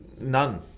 none